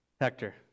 Hector